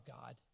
God